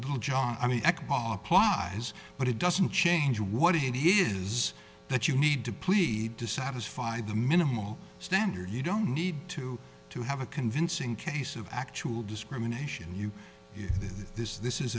blue john i mean that ball apply his but it doesn't change what it is that you need to plead to satisfy the minimal standard you don't need to to have a convincing case of actual discrimination you if this is